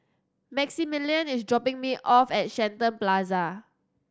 Maximilian is dropping me off at Shenton Plaza